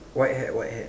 white hat white hat